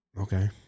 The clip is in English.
Okay